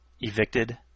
Evicted